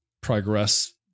progress